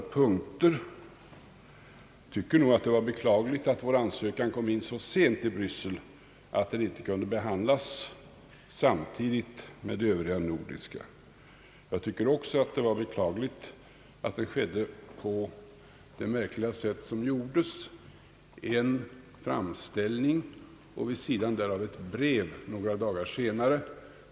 Jag tycker nog att det var beklagligt att vår ansökan kom in så sent till Bryssel, att den icke kunde behandlas samtidigt med de övriga nordiska ansökningarna. Likaså beklagar jag den märkliga form man valde: en framställning och vid sidan därav ett brev några - dagar senare.